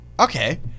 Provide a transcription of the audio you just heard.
Okay